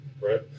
right